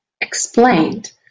explained